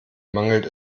mangelt